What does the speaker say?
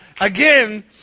again